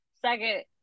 second